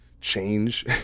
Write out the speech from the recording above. change